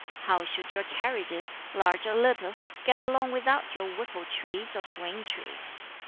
how should your carriages, large or little, get along without your whipple-trees or swing-trees?